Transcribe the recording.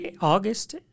August